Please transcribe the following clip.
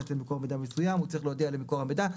אצל מקור מידע מסוים הוא צריך להודיע למקור המידע,